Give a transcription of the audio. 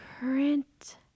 current